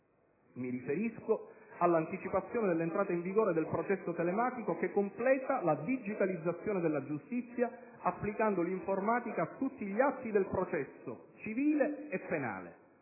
Mi riferisco all'anticipazione dell'entrata in vigore del processo telematico che completa la digitalizzazione della giustizia, applicando l'informatica a tutti gli atti del processo, civile e penale.